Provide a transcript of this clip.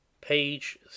page